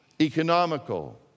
economical